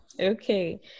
Okay